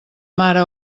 mare